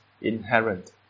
inherent